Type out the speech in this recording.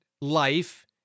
life